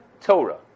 Torah